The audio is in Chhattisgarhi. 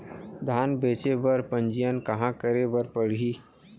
धान बेचे बर पंजीयन कहाँ करे बर पड़ही?